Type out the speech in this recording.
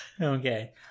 Okay